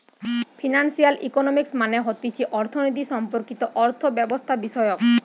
financial economics মানে হতিছে অর্থনীতি সম্পর্কিত অর্থব্যবস্থাবিষয়ক